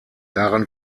daran